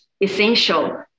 essential